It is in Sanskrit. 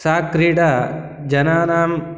सा क्रीडा जनानां